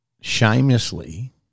shamelessly